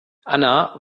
anna